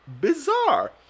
bizarre